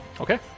Okay